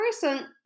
person